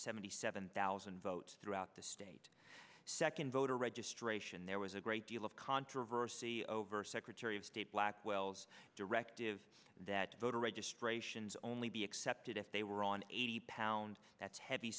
seventy seven thousand votes throughout the state second voter registration there was a great deal of controversy over secretary of state blackwell's directive that voter registrations only be accepted if they were on eighty pound that's heavy